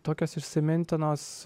tokios įsimintinos